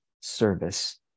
service